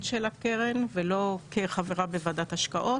של הקרן ולא כחברה בוועדת השקעות.